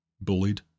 bullied